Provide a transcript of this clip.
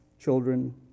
children